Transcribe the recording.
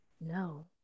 No